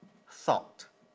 thought